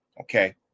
Okay